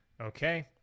Okay